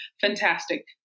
Fantastic